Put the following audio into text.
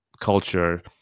culture